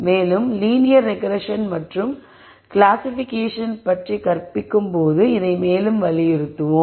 மேலும் linear regression மற்றும் classification பற்றி கற்பிக்கும் போது இதை மேலும் வலியுறுத்துவோம்